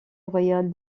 royale